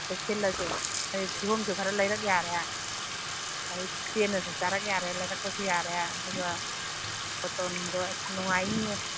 ꯑꯗꯨ ꯁꯤꯜꯂꯁꯦ ꯑꯗꯒꯤ ꯀꯤꯍꯣꯝꯁꯨ ꯈꯔ ꯂꯩꯔꯀ ꯌꯥꯔꯦ ꯑꯗꯒꯤ ꯄꯦꯟꯅꯁꯨ ꯆꯥꯔꯛ ꯌꯥꯔꯦ ꯂꯩꯔꯛꯄꯁꯨ ꯌꯥꯔꯦ ꯑꯗꯨꯒ ꯐꯣꯇꯣ ꯅꯨꯡꯗꯣ ꯅꯨꯡꯉꯥꯏꯅꯤꯍꯦ